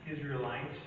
Israelites